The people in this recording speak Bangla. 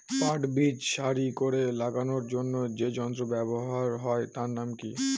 পাট বীজ সারি করে লাগানোর জন্য যে যন্ত্র ব্যবহার হয় তার নাম কি?